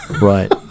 Right